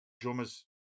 drummers